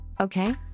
Okay